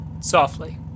softly